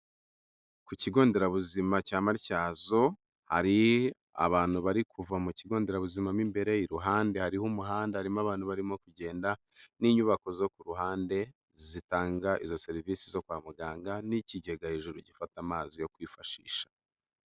Ku kigonderabuzima cya Matyazo, hari abantu bari kuva mu kigonderabuzima mo imbere, iruhande hariho umuhanda harimo abantu barimo kugenda, n'inyubako zo ku ruhande zitanga izo serivisi zo kwa muganga, n'ikigega hejuru gifata amazi yo kwifashisha.